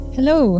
Hello